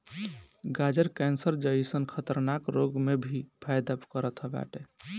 गाजर कैंसर जइसन खतरनाक रोग में भी फायदा करत बाटे